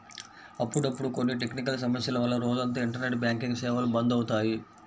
అప్పుడప్పుడు కొన్ని టెక్నికల్ సమస్యల వల్ల రోజంతా ఇంటర్నెట్ బ్యాంకింగ్ సేవలు బంద్ అవుతాయి